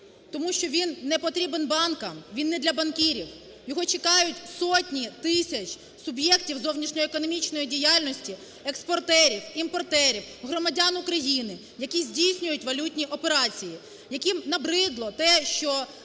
тому що він непотрібний банкам, він не для банкірів, його чекають сотні тисяч суб'єктів зовнішньоекономічної діяльності, експортерів, імпортерів, громадян України, які здійснюють валютні операції, яким набридло те, що